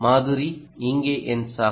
மாதுரி இவர் என் சகா